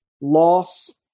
loss